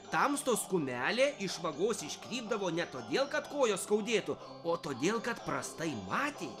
tamstos kumelė išvagos iškrypdavo ne todėl kad kojos skaudėtų o todėl kad prastai matė